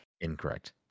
Incorrect